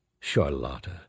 Charlotta